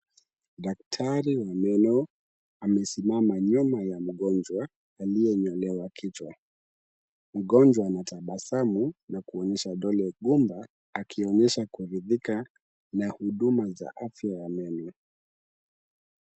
Daktari wa meno amesimama nyuma ya mgonjwa aliyenyolewa kichwa. Mgonjwa ametabasamu na kuonyesha dole gumba, akionyesha kuridhika na huduma za afya ya meno.